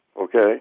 Okay